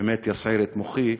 יסעיר את מוחי.